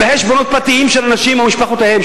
בחשבונות פרטיים של אנשים ומשפחותיהם,